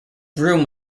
groom